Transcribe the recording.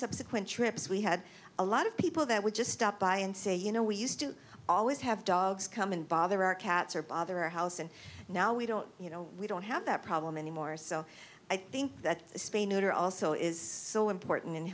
subsequent trips we had a lot of people that would just stop by and say you know we used to always have dogs come and bother our cats or bother our house and now we don't you know we don't have that problem anymore so i think that spay neuter also is so important in